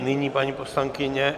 Nyní paní poslankyně...